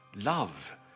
love